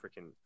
freaking